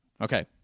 Okay